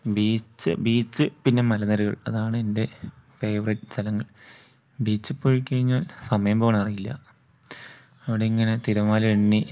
beach beach പിന്നെ മലനിരകൾ അതാണ് എൻ്റെ ഫേവറേറ്റ് സ്ഥലങ്ങൾ ബീച്ച് പോയിക്കഴിഞ്ഞാൽ സമയം പോകണത് അറിയില്ല അവിടെ ഇങ്ങനെ തിരമാല എണ്ണി